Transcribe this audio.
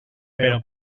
però